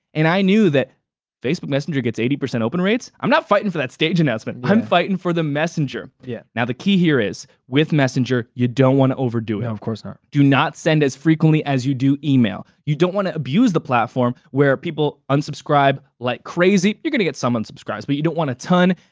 and i knew that facebook messenger get eighty percent open rates, i'm not fightin' for that stage announcement. i'm fightin' for the messenger. yeah now the key here is, with messenger you don't wanna overdo it. no, of course not. do not send as frequently as you do email. you don't wanna abuse the platform where people unsubscribe like crazy. you're gonna get some unsubscribes, but you don't want a ton.